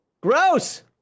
gross